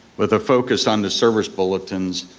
but the focus on the service bulletins,